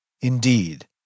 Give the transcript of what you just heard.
Indeed